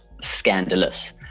scandalous